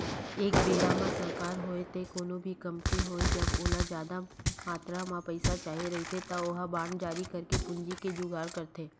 एक बेरा म सरकार होवय ते कोनो भी कंपनी होवय जब ओला जादा मातरा म पइसा चाही रहिथे त ओहा बांड जारी करके पूंजी के जुगाड़ करथे